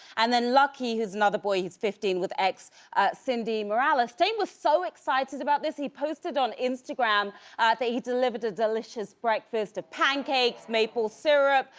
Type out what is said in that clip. and then lucky, he has another boy, he's fifteen with ex cindy moralis. dame was so excited about this. he posted on instagram that he delivered a delicious breakfast of pancakes, maple syrup,